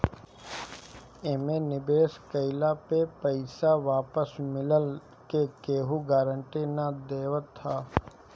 एमे निवेश कइला पे पईसा वापस मिलला के केहू गारंटी ना देवत हअ